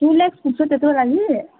to lakhs पुग्छ त्यत्रो लागि